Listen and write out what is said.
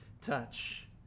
touch